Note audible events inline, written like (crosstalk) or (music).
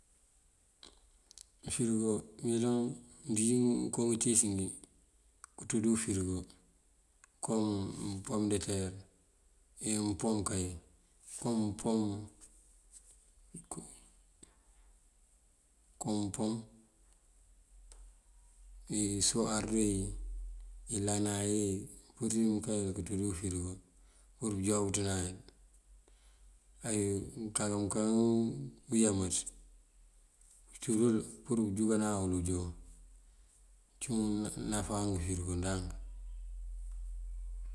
Ufërigo ayëlan mënţíj ngënko ngëntíis ngí kënţú dí fërigo kom: mëmpom ndëter, ey umpom unkay, kom pom (hesitation) isow ardo iyí, ilana yí, mëmpurir mënkayil kënţú dí fërigo pur pëjuwáabëţan yil. Ŋmënkanká mëka uyámaţ kunţú dul pur pënjúkanan wul unjon. Ciwun náfá ufërigo ndank.